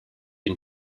une